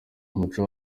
umuco